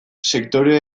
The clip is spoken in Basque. sektore